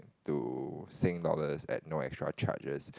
to Sing dollars at no extra charges